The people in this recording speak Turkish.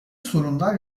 sorunlar